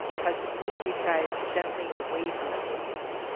tries to move these guys gently away from the police.